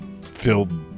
filled